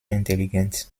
intelligent